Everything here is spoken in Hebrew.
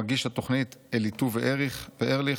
מגיש התוכנית "אליטוב וארליך"